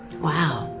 Wow